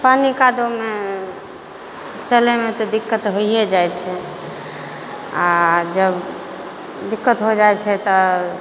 पानि कादोमे चलैमे तऽ दिक्कत होइए जाइ छै आओर जब दिक्कत होइ जाइ छै तब